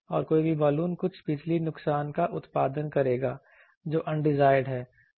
और कोई भी बालून कुछ बिजली नुकसान का उत्पादन करेगा जो अनडिजायरड है